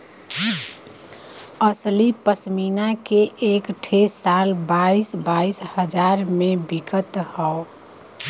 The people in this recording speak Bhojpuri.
असली पश्मीना के एक ठे शाल बाईस बाईस हजार मे बिकत हौ